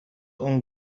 اون